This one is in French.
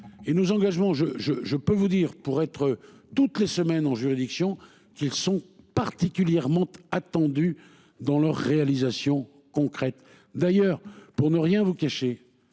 et nos engagements. Je je je peux vous dire pour être toutes les semaines en juridiction qu'ils sont particulièrement attendues dans leur réalisation concrète d'ailleurs pour ne rien vous cacher.